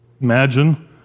imagine